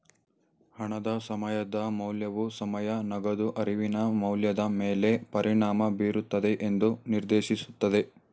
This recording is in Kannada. ಹಣದ ಸಮಯದ ಮೌಲ್ಯವು ಸಮಯ ನಗದು ಅರಿವಿನ ಮೌಲ್ಯದ ಮೇಲೆ ಪರಿಣಾಮ ಬೀರುತ್ತದೆ ಎಂದು ನಿರ್ದೇಶಿಸುತ್ತದೆ